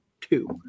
two